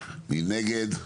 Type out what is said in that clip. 3 נגד,